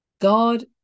God